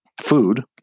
food